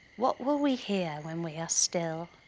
what will we hear when we are still?